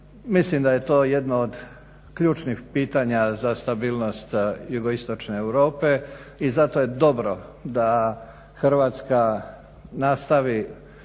Mislim da je to jedno od ključnih pitanja za stabilnost jugoistočne Europe i zato je dobro da Hrvatska nastavi